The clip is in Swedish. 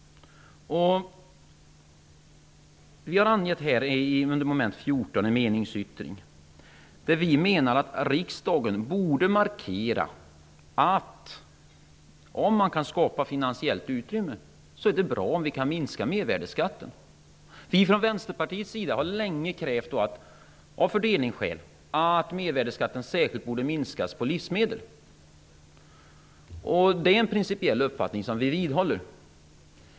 Vi har i mom. 14 avgett en meningsyttring, där vi menar att riksdagen borde markera att det, om man kan skapa finansiellt utrymme, är bra om vi kan sänka mervärdesskatten. Från Vänsterpartiets sida har vi av fördelningsskäl länge krävt att mervärdesskatten särskilt på livsmedel bör minskas. Det är en principiell uppfattning som vi vidhåller.